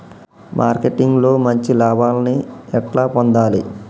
Marketing లో మంచి లాభాల్ని ఎట్లా పొందాలి?